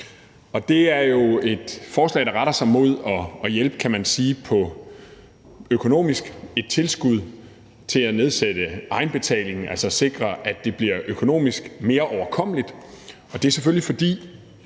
Det er jo et forslag, der retter sig mod at hjælpe økonomisk med et tilskud til at nedsætte egenbetalingen, altså sikre, at det bliver økonomisk mere overkommeligt.